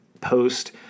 post